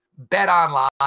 BetOnline